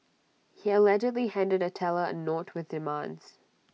he allegedly handed A teller A note with demands